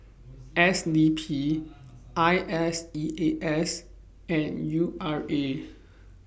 S D P I S E A S and U R A